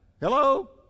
Hello